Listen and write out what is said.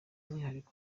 umwihariko